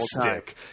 stick